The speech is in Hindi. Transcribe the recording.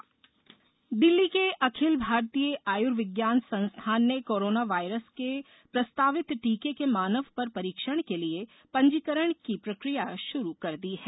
कोरोना वेक्सीन दिल्ली के अखिल भारतीय आयुर्विज्ञान संस्थावन ने कोरोना वायरस के प्रस्तावित टीके के मानव पर परीक्षण के लिए पंजीकरण की प्रक्रिया शुरू कर दी है